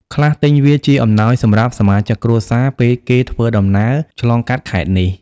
ខ្លះទិញវាជាអំណោយសម្រាប់សមាជិកគ្រួសារ ពេលគេធ្វើដំណើរឆ្លងកាត់ខេត្តនេះ។